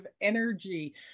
energy